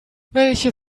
welche